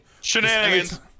Shenanigans